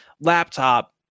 laptop